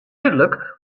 dúdlik